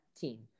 team